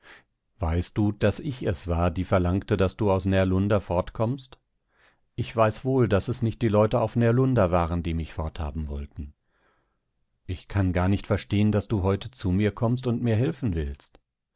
weißt du daß ich es war die verlangte daß du aus närlunda fortkommst ich weiß wohl daß es nicht die leute auf närlunda waren die mich forthaben wollten ich kann gar nicht verstehen daß du heute zu mir kommst und mir helfen willst